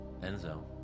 Enzo